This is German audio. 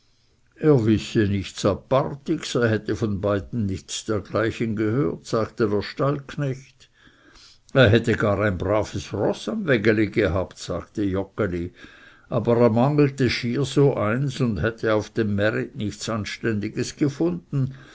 er wisse nichts apartigs er hätte von beiden nichts dergleichen gehört sagte der stallknecht er hätte gar ein braves roß im wägeli gehabt sagte joggeli er mangelte schier so eins und hätte auf dem märit nichts anständiges gefunden